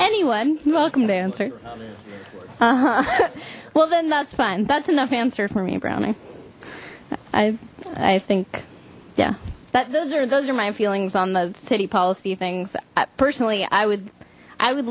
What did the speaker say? anyone welcome to answer uh huh well then that's fine that's enough answer for me browning i i think yeah but those are those are my feelings on the city policy things personally i would i would